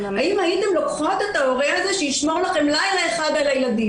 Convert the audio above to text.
האם הייתן לוקחות את ההורה הזה שישמור לכן לילה אחד על הילדים?